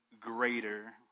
greater